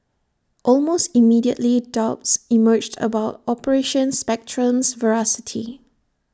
almost immediately doubts emerged about operation Spectrum's veracity